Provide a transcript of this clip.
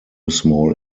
small